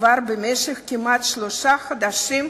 כבר במשך כמעט שלושה חודשים.